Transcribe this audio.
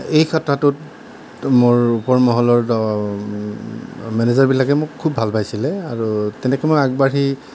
এই কথাটোত মোৰ ওপৰ মহলৰ মেনেজাৰবিলাকে মোক খুব ভাল পাইছিলে আৰু তেনেকৈ মই আগবাঢ়ি